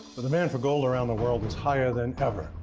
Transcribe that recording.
the demand for gold around the world is higher than ever.